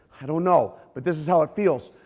i don't know, but this is how it feels.